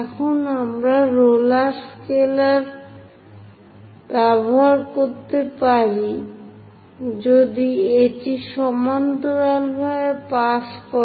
এখন আমরা roller scaler ব্যবহার করতে পারি যদি এটি সমান্তরালভাবে পাস করে